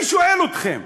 אני שואל אתכם,